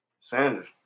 Sanders